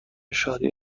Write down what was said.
شادی